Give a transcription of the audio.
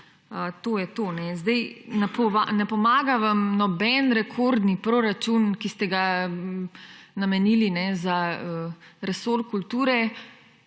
to je to. Ne pomaga vam noben rekordni proračun, ki ste ga namenili za resor kulture,